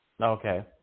Okay